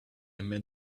met